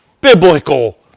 biblical